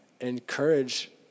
encourage